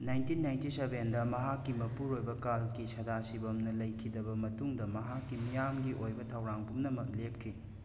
nineteen ninety ꯁꯕꯦꯟꯗ ꯃꯍꯥꯛꯀꯤ ꯃꯄꯨꯔꯣꯏꯕ ꯀꯥꯜꯀꯤ ꯁꯗꯥꯁꯤꯕꯝꯅ ꯂꯩꯈꯤꯗꯕ ꯃꯇꯨꯡꯗ ꯃꯍꯥꯛꯀꯤ ꯃꯤꯌꯥꯝꯒꯤ ꯑꯣꯏꯕ ꯊꯧꯔꯥꯡ ꯄꯨꯝꯅꯃꯛ ꯂꯦꯞꯈꯤ